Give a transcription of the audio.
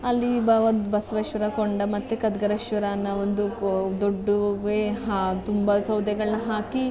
ಅಲ್ಲಿ ಬ ಒಂದು ಬಸವೇಶ್ವರ ಕೊಂಡ ಮತ್ತು ಖದ್ಗರೇಶ್ವರ ಅನ್ನೋ ಒಂದು ಕೊ ದೊಡ್ಡ ವೆ ತುಂಬ ಸೌದೆಗಳನ್ನು ಹಾಕಿ